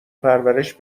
پرورش